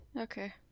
Okay